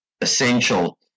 essential